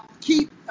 Keep